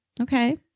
okay